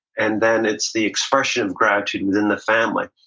and then, it's the expression of gratitude within the family,